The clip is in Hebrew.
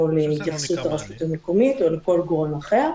להתייחסות הרשות המקומית או לכל גורם אחר,